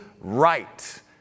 right